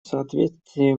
соответствии